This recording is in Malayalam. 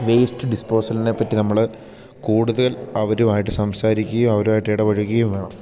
വേസ്റ്റ് ഡിസ്പോസലിനെപ്പറ്റി നമ്മൾ കൂടുതൽ അവരുമായിട്ട് സംസാരിക്കുകയും അവരുമായിട്ട് ഇടപഴകുകയും വേണം